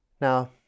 Now